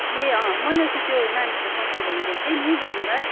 ए अँ मैले अस्ति त्यो नानीको सर्ट सिलाउनु दिएको थिएँ नि बैनीलाई